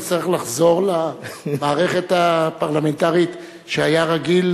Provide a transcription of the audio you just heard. נצטרך לחזור למערכת הפרלמנטרית שהיה רגיל